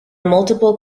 multiple